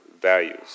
values